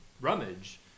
rummage